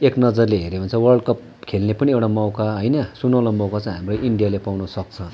एक नजरले हेर्यौँ भने चाहिँ वर्ल्डकप खेल्ने पनि एउटा मौका होइन सुनौलो मौका चाहिँ हाम्रो इन्डियाले पाउनसक्छ